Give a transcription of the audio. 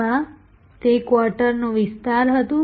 માં તે ક્વાર્ટરનો વિસ્તાર હતું